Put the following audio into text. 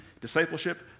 discipleship